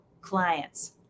clients